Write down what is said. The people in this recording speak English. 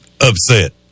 upset